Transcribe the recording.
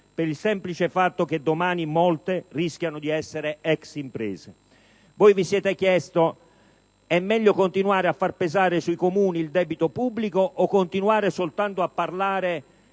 per il semplice fatto che domani molte rischiano di essere ex imprese. Voi della maggioranza vi siete chiesti: è meglio continuare a far pesare sui comuni il debito pubblico o continuare soltanto a parlare